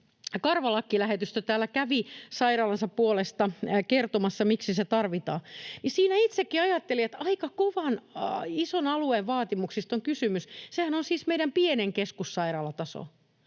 karvalakkilähetystö täällä kävi sairaalansa puolesta kertomassa, miksi se tarvitaan. Siinä itsekin ajattelin, että aika ison alueen vaatimuksista on kysymys. Sehän on siis meidän pienen keskussairaalan taso,